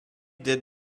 did